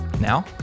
Now